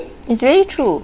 it's very true